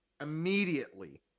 immediately